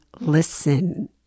Listen